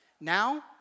Now